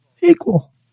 Equal